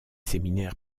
séminaires